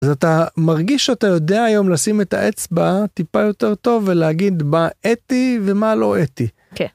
אז אתה מרגיש שאתה יודע היום לשים את האצבע טיפה יותר טוב ולהגיד מה אתי ומה לא אתי. כן.